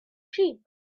sheep